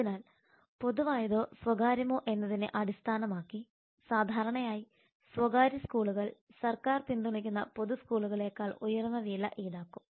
അതിനാൽ പൊതുവായതോ സ്വകാര്യമോ എന്നതിനെ അടിസ്ഥാനമാക്കി സാധാരണയായി സ്വകാര്യ സ്കൂളുകൾ സർക്കാർ പിന്തുണയ്ക്കുന്ന പൊതു സ്കൂളുകളേക്കാൾ ഉയർന്ന വില ഈടാക്കും